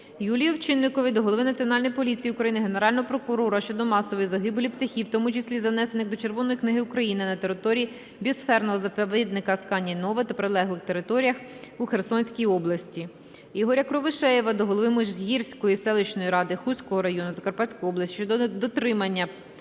Юлії Овчинникової до Голови Національної поліції України, Генерального прокурора щодо масової загибелі птахів, у тому числі занесених до Червоної книги України, на території біосферного заповідника "Асканія-Нова" та прилеглих територіях у Херсонській області. Ігоря Кривошеєва до голови Міжгірської селищної ради Хустського району Закарпатської області щодо дотримання